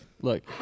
look